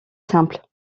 simple